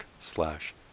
slash